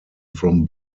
from